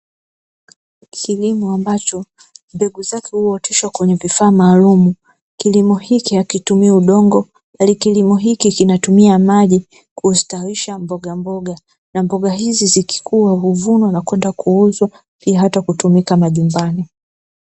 Kilimo ambacho mbegu zake huoteshwa kwenye vifaa maalumu. Kilimo hiki hakitumii udongo, bali kilimo hiki kinatumia maji kustawisha mbogamboga na mboga hizi zikikua huvunwa na kwenda kuuzwa pia hata kutumika majumbani.